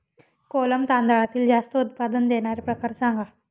कोलम तांदळातील जास्त उत्पादन देणारे प्रकार सांगा